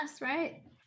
right